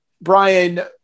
Brian